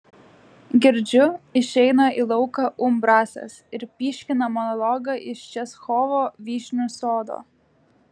girdžiu išeina į lauką umbrasas ir pyškina monologą iš čechovo vyšnių sodo